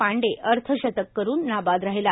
पांडे अर्धशतक करून नाबाद राहिला